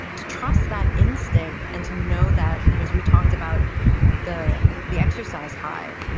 to trust that instinct and to know that, you know as we talked about the the exercise high,